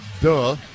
Duh